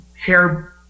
hair